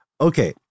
Okay